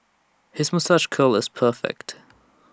his moustache curl is perfect